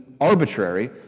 arbitrary